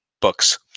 books